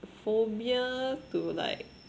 phobia to like